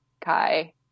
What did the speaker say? Kai